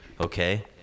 Okay